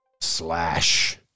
Slash